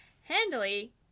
Handily